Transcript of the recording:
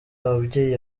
ababyeyi